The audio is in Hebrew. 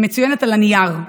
היא מצוינת על הנייר.